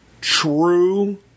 true